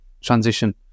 transition